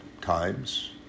times